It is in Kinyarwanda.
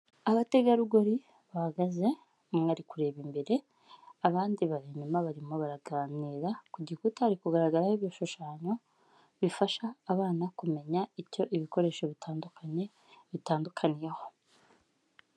Abategarugori bahagaze umwe ari kureba imbere, abandi bari inyuma barimo baraganira ku gikuta hari kugaragaraho ibishushanyo bifasha abana kumenya icyo ibikoresho bitandukanye bitandukaniyeho.